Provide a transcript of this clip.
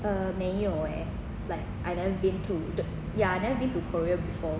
uh 没有 eh like I've never been to ya I've never been to korea before